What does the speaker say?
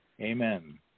Amen